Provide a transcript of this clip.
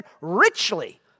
richly